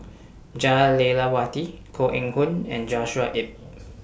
Jah Lelawati Koh Eng Hoon and Joshua Ip